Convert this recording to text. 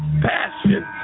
Passion